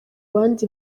bandi